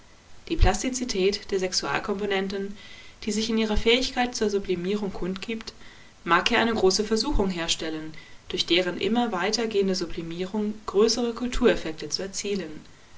die plastizität der sexualkomponenten die sich in ihrer fähigkeit zur sublimierung kundgibt mag ja eine große versuchung herstellen durch deren immer weiter gehende sublimierung größere kultureffekte zu erzielen